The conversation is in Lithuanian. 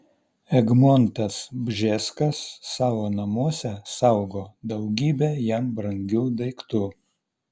egmontas bžeskas savo namuose saugo daugybę jam brangių daiktų